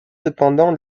cependant